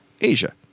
Asia